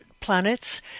planets